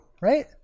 right